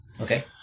Okay